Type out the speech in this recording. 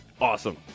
Awesome